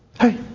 Hey